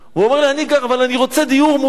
הוא אומר לי: אני רוצה דיור מוגן.